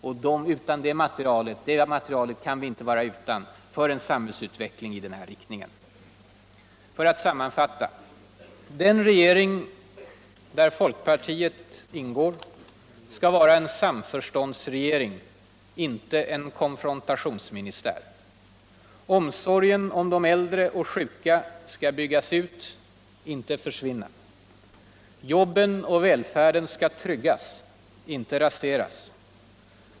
Vi kan inte vara utan programmen om vi vill främja en samhillsutveckling i den riktningen. Allmänpolitisk debatt |Y 60 Jag sammanfattar: Den regering i vilken folkpartiet ingår skall vara en samlförståndsregering, inte en konfrontationsministär. Omsorgen om de äldre och de sjuka skull byggas ut, inte försvinna. Jobben och vilfärden skall tryggas, inte raseras.